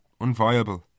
unviable